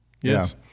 Yes